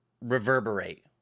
reverberate